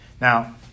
now